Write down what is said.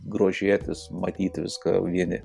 grožėtis matyti viską vieni